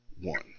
one